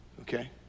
Okay